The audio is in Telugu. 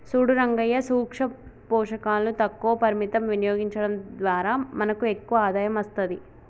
సూడు రంగయ్యా సూక్ష పోషకాలు తక్కువ పరిమితం వినియోగించడం ద్వారా మనకు ఎక్కువ ఆదాయం అస్తది